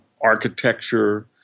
architecture